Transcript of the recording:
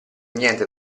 niente